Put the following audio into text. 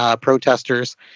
protesters